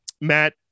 Matt